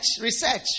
research